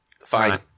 Fine